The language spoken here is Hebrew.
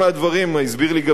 הסביר לי גם שר האוצר,